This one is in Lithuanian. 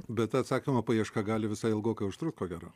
bet atsakymų paieška gali visa ilgokai užtrukt ko gero